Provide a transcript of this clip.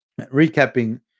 Recapping